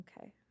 Okay